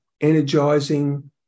energizing